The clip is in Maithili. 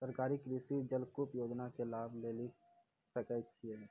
सरकारी कृषि जलकूप योजना के लाभ लेली सकै छिए?